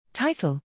Title